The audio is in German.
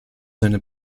seine